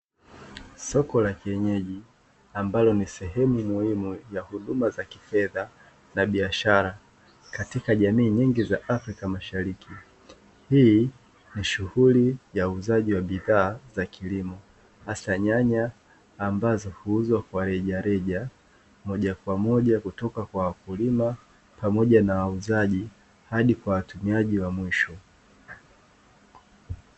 Soko la kienyeji ambalo ni sehemu muhimu ya huduma za kifedha na biashara katika jamii nyingi za afrika mashariki, hii ni shughuli ya uuzaji wa bidhaa za kilimo astanyanya ambazo kuuzwa kwa rejareja moja kwa moja kutoka kwa wakulima pamoja na wauzaji hadi kwa watumiaji wa mwisho.